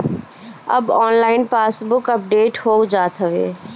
अब online passbook update हो जात हवे